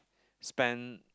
spend